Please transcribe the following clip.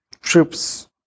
troops